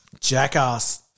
Jackass